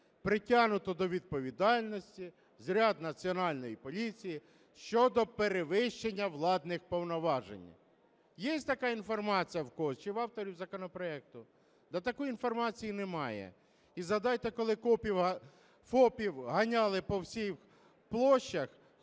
притягнуто до відповідальності з ряду Національної поліції щодо перевищення владних повноважень? Є така інформація в когось чи в авторів законопроекту? Такої інформації немає. І, згадайте, коли ФОПів ганяли по всіх площах,